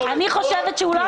סעיף 2 צריך להיות 30 שקלים.